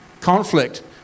conflict